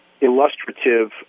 illustrative